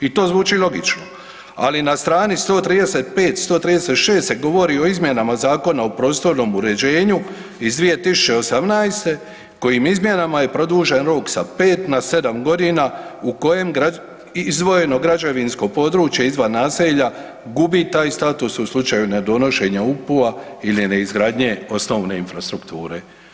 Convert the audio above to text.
I to zvuči logično, ali na strani 135-136 se govori o izmjenama Zakona o prostornom uređenju iz 2018. kojim izmjenama je produžen rok sa 5 na 7.g. u kojem izdvojeno građevinsko područje izvan naselja gubi taj status u slučaju ne donošenja UPU-a ili ne izgradnje osnovne infrastrukture.